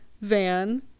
van